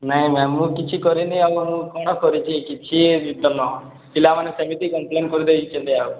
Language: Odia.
ନାଇଁ ମ୍ୟାମ୍ ମୁଁ କିଛି କରିନି ଆଉ କ'ଣ କରିଛି କିଛି ପିଲାମାନେ ସେମିତି କମ୍ପଲେନ୍ କରି ଦେଇଛନ୍ତି ଆଉ